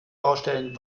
baustellen